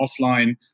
offline